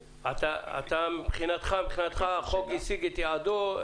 מבחינתך החוק השיג את יעדו?